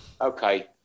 Okay